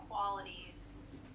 qualities